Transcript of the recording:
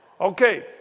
Okay